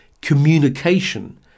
communication